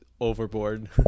overboard